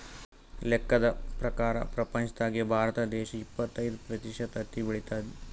ಲೆಕ್ಕದ್ ಪ್ರಕಾರ್ ಪ್ರಪಂಚ್ದಾಗೆ ಭಾರತ ದೇಶ್ ಇಪ್ಪತ್ತೈದ್ ಪ್ರತಿಷತ್ ಹತ್ತಿ ಬೆಳಿತದ್